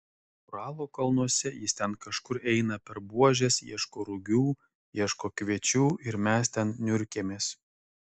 uralo kalnuose jis ten kažkur eina per buožes ieško rugių ieško kviečių ir mes ten niurkėmės